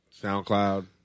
SoundCloud